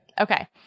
okay